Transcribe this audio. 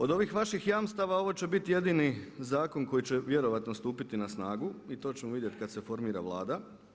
Od ovih vaših jamstava ovo će biti jedini zakon koji će vjerojatno stupiti na snagu i to ćemo vidjeti kada se formira Vlada.